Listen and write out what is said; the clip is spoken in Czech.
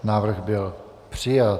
Návrh byl přijat.